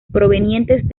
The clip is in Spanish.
provenientes